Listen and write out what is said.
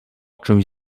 czymś